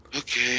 Okay